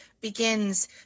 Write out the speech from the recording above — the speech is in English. begins